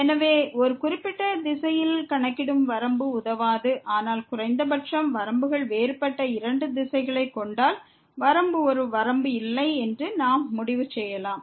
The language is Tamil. எனவே ஒரு குறிப்பிட்ட திசையில் கணக்கிடும் வரம்பு உதவாது ஆனால் குறைந்தபட்சம் வரம்புகள் வேறுபட்ட இரண்டு திசைகளைக் கண்டால் வரம்பு ஒரு வரம்பு இல்லை என்று நாம் முடிவு செய்யலாம்